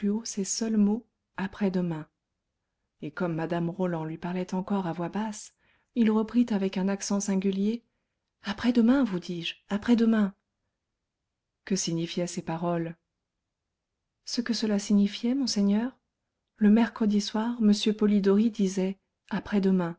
ces seuls mots après-demain et comme mme roland lui parlait encore à voix basse il reprit avec un accent singulier après-demain vous dis-je après-demain que signifiaient ces paroles ce que cela signifiait monseigneur le mercredi soir m polidori disait après-demain